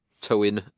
towing